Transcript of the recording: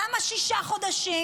למה שישה חודשים